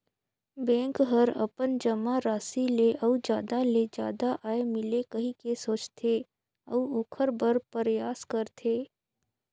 bank हर अपन जमा राशि ले अउ जादा ले जादा आय मिले कहिके सोचथे, अऊ ओखर बर परयास करथे